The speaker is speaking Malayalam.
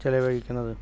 ചിലവഴിക്കുന്നത്